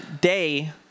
day